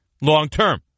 long-term